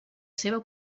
seva